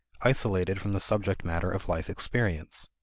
isolated from the subject matter of life-experience.